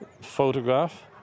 photograph